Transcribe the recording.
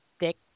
Dick